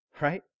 right